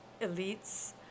elites